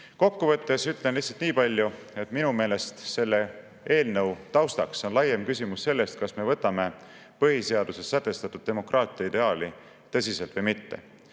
Kokkuvõtteks ütlen niipalju, et minu meelest on selle eelnõu taustaks laiem küsimus sellest, kas me võtame põhiseaduses sätestatud demokraatia ideaali tõsiselt või mitte.